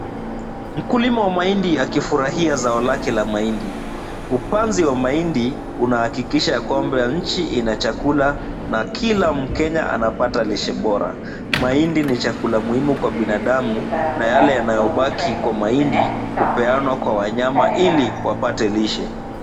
Mkulima wa mahindi akifurahia zao lake la mahindi. Upanzi wa mahindi unahakikisha ya kwamba nchi ina chakula na kila mkenya anapata lishe bora. Mahindi ni chakula muhimu kwa binadamu na yale yanayobaki kwa mahindi hupeanwa kwa wanyama ili wapate lishe.